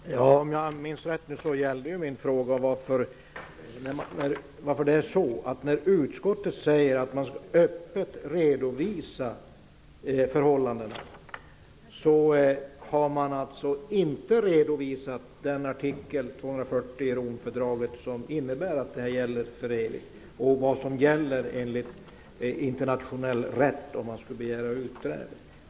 Herr talman! Om jag minns rätt gällde min fråga att utskottet säger att man öppet skall redovisa förhållandena. Men man har inte redovisat artikel 240 i Romfördraget som innebär att det här gäller för evigt. Det har inte heller redovisats vad som gäller enligt internationell rätt om man skulle vilja begära utträde.